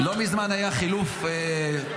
-- לא מזמן היה חילוף מקומות.